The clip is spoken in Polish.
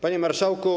Panie Marszałku!